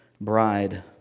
bride